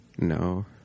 No